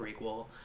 prequel